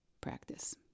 practice